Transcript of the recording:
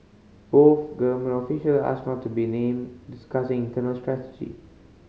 both government official asked not to be named discussing internal strategy